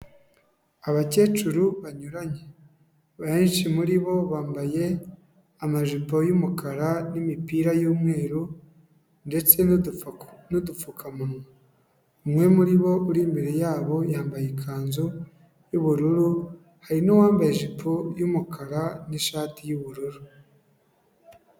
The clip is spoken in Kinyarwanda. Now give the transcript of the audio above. Abakecuru banyuranye abenshi muri bo bambaye amajipo y'umukara n'imipira y'umweru ndetse n'udupfukamunwa, umwe muri bo uri imbere yabo yambaye ikanzu y'ubururu, hari n'uwambaye ijipo y'umukara n'ishati y'ubururu.